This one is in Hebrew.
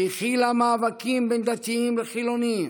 שהכילה מאבקים בין דתיים לחילונים,